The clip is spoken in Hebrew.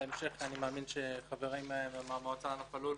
בהמשך אני מאמין שחבריי מהמועצה לענף הלול